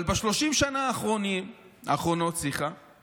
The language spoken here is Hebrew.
אבל ב-30 השנה האחרונות לא